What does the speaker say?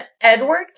Edward